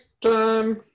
time